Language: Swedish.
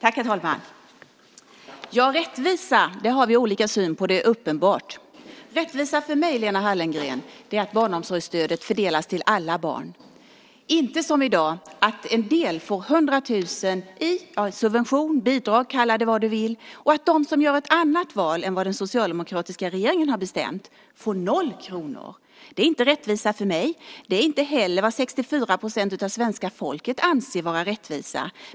Herr talman! Rättvisan har vi olika syn på; det är uppenbart. Rättvisa är för mig, Lena Hallengren, att barnomsorgsstödet fördelas till alla barn och inte som i dag så att en del får 100 000 kr i subvention, bidrag eller kalla det vad du vill och att de som gör ett annat val än vad den socialdemokratiska regeringen har bestämt får 0 kr. Det är inte rättvisa för mig, och det är inte heller vad 64 % av svenska folket anser vara rättvisa.